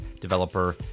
developer